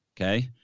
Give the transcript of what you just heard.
Okay